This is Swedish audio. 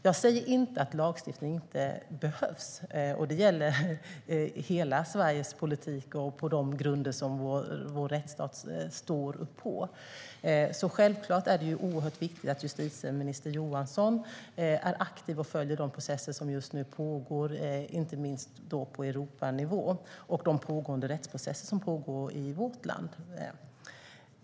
Jag säger inte att lagstiftning inte behövs. Det gäller hela Sveriges politik och de grunder som vår rättsstat står på. Självklart är det oerhört viktigt att justitieminister Johansson är aktiv och följer de processer som just nu pågår, inte minst på Europanivå, och de rättsprocesser som pågår i vårt land.